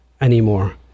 anymore